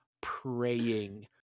praying